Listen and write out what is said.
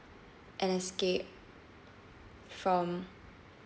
an escape from